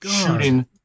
shooting